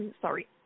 sorry